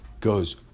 goes